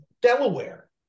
Delaware